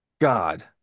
God